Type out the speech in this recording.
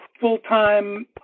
Full-time